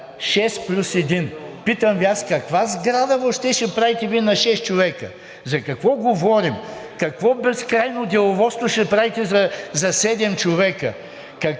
плюс един. Питам Ви аз каква сграда въобще ще правите Вие на шест човека? За какво говорим? Какво безкрайно деловодство ще правите за седем човека? Как